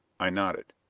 i nodded.